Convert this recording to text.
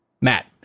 matt